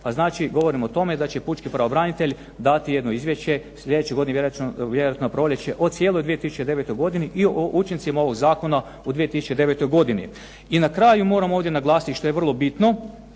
Pa znači, govorimo o tome da će pučki pravobranitelj dati jedno izvješće slijedeće godine vjerojatno na proljeće o cijeloj 2009. godini i o učincima ovog zakona u 2009. godini. I na kraju, moram ovdje naglasiti što je vrlo bitno,